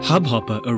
Hubhopper